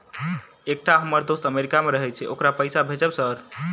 एकटा हम्मर दोस्त अमेरिका मे रहैय छै ओकरा पैसा भेजब सर?